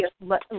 let